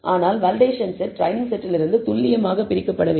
ஆனால் validation set training செட்டில் இருந்து துல்லியமாக பிரிக்கப்படவில்லை